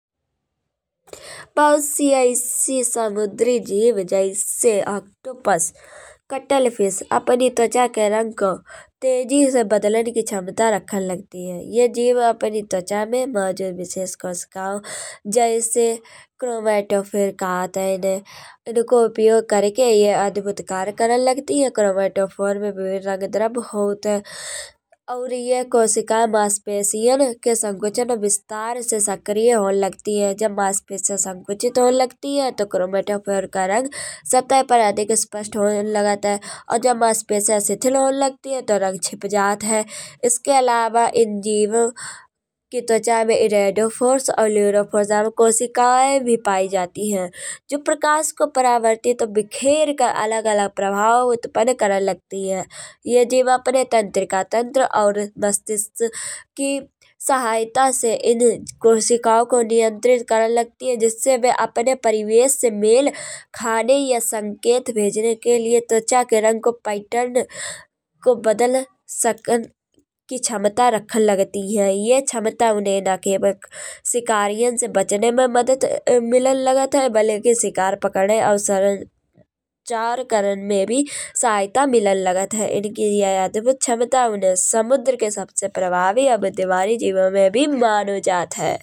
बहुत सी ऐसी समुद्री जीव जैसे ऑक्टोपस कथल फिश अपनी त्वचा के रंग को तेजी से बदलन की क्षमता रखन लगती है। ये जीव अपनी त्वचा में मौजूद विशेष कोशिकाओ जैसे क्रोमेटोफोर कहत हैं इन्हे। इनको उपयोग करके ये अद्भुत कार्य करन लगती है। क्रोमेटोफोर में द्रव्य होत हैं। और ये कोशिकाएँ मांसपेशियाँ के संकुचन विस्तार से सक्रिय होये लगती हैं। जब मांसपेशियाँ संकुचित होये लगती हैं तो क्रोमेटोफोर का रंग सतह पर अधिक स्पष्ट होये लागत है। और जब मांसपेशियाँ स्थिर होये लगती हैं तो रंग छिप जात है। इसके अलावा एक जीव के त्वचा में इरिडोफोर्स और न्यूरोफोर्स अदु कोशिकाये भी पाई जात हैं। जो प्रकाश को परावर्तित बिखेर के अलग अलग प्रभाव उत्पन्न करन लगती हैं। ये जीव अपने तंत्रिक तंत्र और मस्तिष्क की सहायता से इन कोशिकाओं को नियंत्रित करन लगती हैं। जिससे वे अपने परिवेश से मेल खाने या संकेत भेजने के लिये त्वचा के रंग को पैटर्न को बदल सका न की क्षमता रखन लगती है। ये क्षमता उन्हे न केवल शिकारीयान से बचने में मदद मिलन लागत है। बल्कि शिकार पकडे और सरल चार्य करन में भी सहायता मिलन लागत है। इनकी ये अद्भुत क्षमता उन्हें समुद्र के सबसे प्रभावी और बुद्धिमानी जीवों में भी मानो जात है।